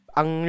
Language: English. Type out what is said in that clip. ang